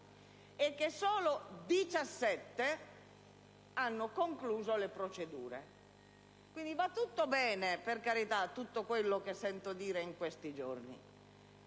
e che solo 17 hanno concluso le procedure. Quindi, va tutto bene - per carità! - quello che sento dire in questi giorni,